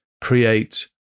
create